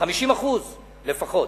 50% לפחות.